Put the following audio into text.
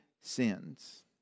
sins